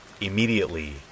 Immediately